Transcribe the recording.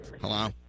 Hello